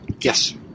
yes